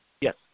Yes